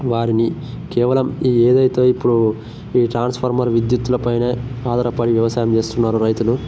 వారిని కేవలం ఈ ఏదయితే ఇప్పుడు ఈ ట్రాన్స్ఫార్మర్ విద్యుత్తుల పైనే ఆధారపడి వ్యవసాయం చేస్తున్నారో రైతులు